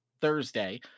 Thursday